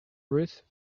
ruth